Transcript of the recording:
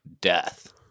death